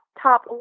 top